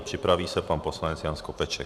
Připraví se pan poslanec Jan Skopeček.